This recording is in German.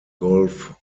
golf